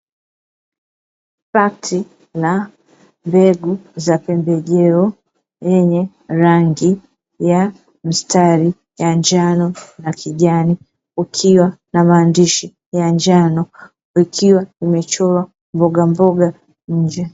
Pakiti la mbegu za pembejeo, lenye rangi ya mstari wa njano na kijani, ukiwa na maandishi ya njano, ikiwa umechorwa mbogamboga nje.